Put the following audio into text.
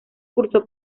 cursó